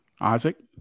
Isaac